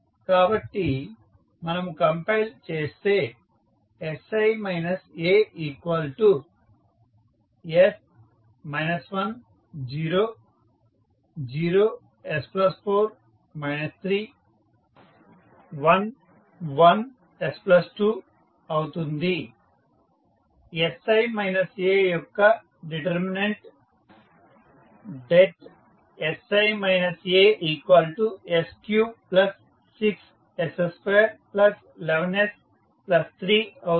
కాబట్టి మనము కంపైల్ చేస్తే sI As 1 0 0 s 4 3 1 1 s 2 అవుతుంది యొక్క డిటెర్మినంట్ sI As36s211s3అవుతుంది